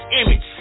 image